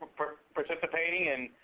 for participating. and